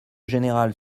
générale